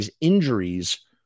injuries